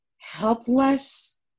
helpless